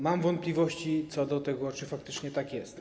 Mam wątpliwości co do tego, czy faktycznie tak jest.